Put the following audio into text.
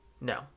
No